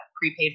prepaid